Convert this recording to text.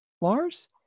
Lars